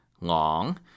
long